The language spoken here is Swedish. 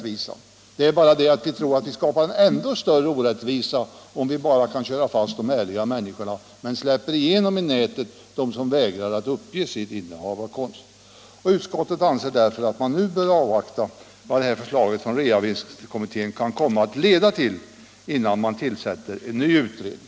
Vi tror dock att vi skapar en ändå större orättvisa, om vi bara kan sätta fast de ärliga människorna, men släpper dem som vägrar att uppge sitt innehav av konst igenom maskorna i nätet. Utskottet anser därför att man nu bör avvakta vad förslaget från reavinstkommittén kan komma att leda till innan man tillsätter en ny utredning.